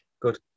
good